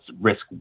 risk